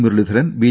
Muraleedharan B